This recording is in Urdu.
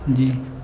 جی